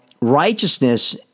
righteousness